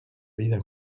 vida